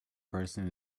person